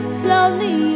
slowly